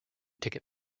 ticket